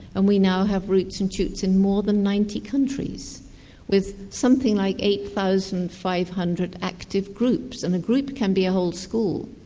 and we now have roots and shoots in more than ninety countries with something like eight thousand five hundred active groups, and a group can be a whole school.